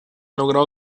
logrado